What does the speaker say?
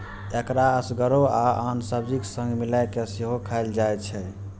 एकरा एसगरो आ आन सब्जीक संग मिलाय कें सेहो खाएल जाइ छै